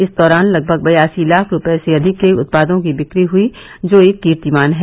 इस दौरान लगभग बयासी लाख रूपये से अधिक के उत्पादों की बिक्री हुयी जो एक कीर्तिमान हैं